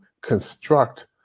construct